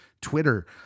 Twitter